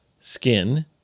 skin